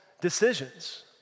decisions